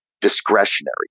discretionary